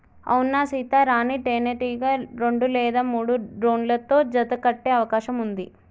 అవునా సీత, రాణీ తేనెటీగ రెండు లేదా మూడు డ్రోన్లతో జత కట్టె అవకాశం ఉంది